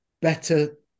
better